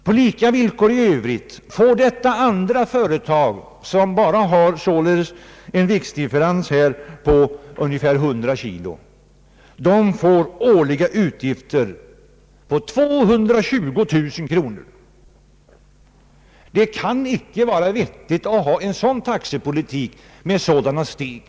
På lika villkor i övrigt får detta andra företag, som således har en viktdifferens på sina maskiner på endast ungefär 100 kg, årliga utgifter på 220000 kronor. Det kan icke vara vettigt att ha en taxepolitik med sådana steg.